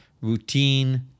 routine